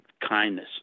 kindness